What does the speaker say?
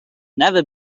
never